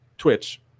Twitch